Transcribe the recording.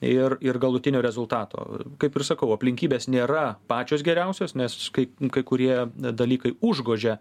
ir ir galutinio rezultato kaip ir sakau aplinkybės nėra pačios geriausios nes kai kai kurie dalykai užgožia